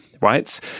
right